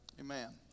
Amen